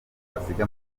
basiga